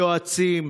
יועצים,